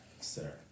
Sir